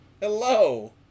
Hello